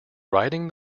writing